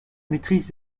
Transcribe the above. maîtrise